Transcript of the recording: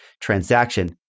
transaction